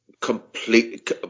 complete